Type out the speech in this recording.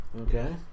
Okay